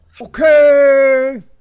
Okay